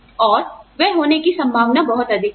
और वह होने की संभावना बहुत अधिक है